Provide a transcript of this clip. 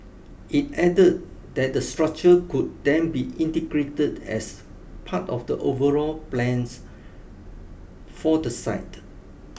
it add that the structure could then be integrated as part of the overall plans for the site